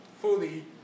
fully